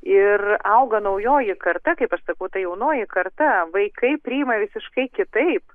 ir auga naujoji karta kaip aš sakau ta jaunoji karta vaikai priima visiškai kitaip